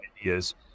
ideas